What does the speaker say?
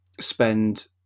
spend